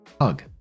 Hug